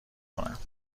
کنم